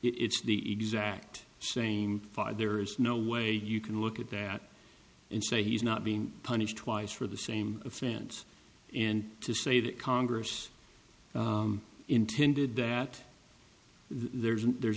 o it's the exact same there is no way you can look at that and say he's not being punished twice for the same offense and to say that congress intended that there's and there's